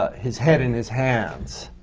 his head in his hands